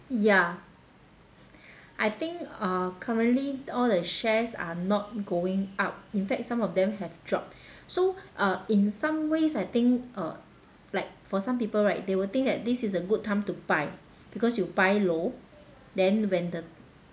ya I think uh currently all the shares are not going up in fact some of them have dropped so uh in some ways I think uh like for some people right they will think that this is a good time to buy because you buy low then when the